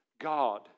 God